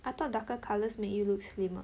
I thought darker colours make you look slimmer